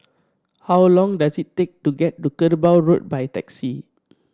how long does it take to get to Kerbau Road by taxi